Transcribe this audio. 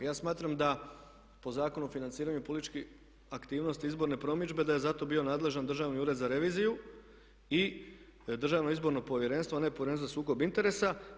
Ja smatram da po Zakonu o financiranju političkih aktivnosti i izborne promidžbe da je za to bio nadležan Državni ured za reviziju i Državno izborno povjerenstvo, a ne Povjerenstvo za sukob interesa.